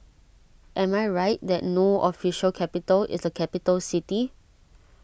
am I right that No Official Capital is a capital city